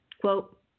Quote